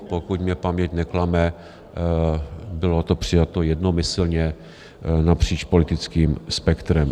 Pokud mě paměť neklame, bylo to přijato jednomyslně napříč politickým spektrem.